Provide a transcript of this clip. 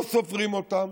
לא סופרים אותם.